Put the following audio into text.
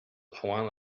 one